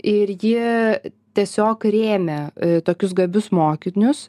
ir ji tiesiog rėmė tokius gabius mokinius